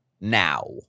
Now